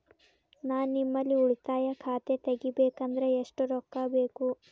ನಾ ನಿಮ್ಮಲ್ಲಿ ಉಳಿತಾಯ ಖಾತೆ ತೆಗಿಬೇಕಂದ್ರ ಎಷ್ಟು ರೊಕ್ಕ ಬೇಕು?